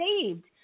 saved